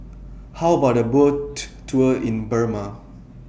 How about A Boat Tour in Burma